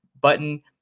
button